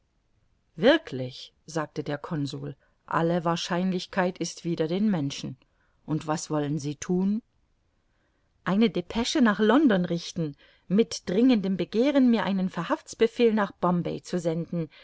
wirklich sagte der consul alle wahrscheinlichkeit ist wider den menschen und was wollen sie thun eine depesche nach london richten mit dringendem begehren mir einen verhaftsbefehl nach bombay zu senden